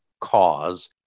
cause